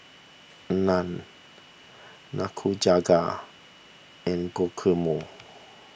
Naan Nikujaga and Guacamole